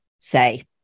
say